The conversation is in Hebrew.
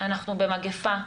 אנחנו במגפה,